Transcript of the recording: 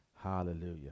Hallelujah